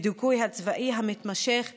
בדיכוי הצבאי המתמשך והאלים.